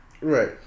Right